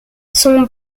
son